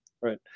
Right